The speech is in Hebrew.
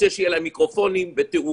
רוצה שיהיו להם מיקרופונים ותאורה,